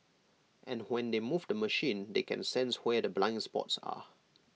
and when they move the machine they can sense where the blind spots are